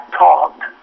talked